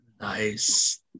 Nice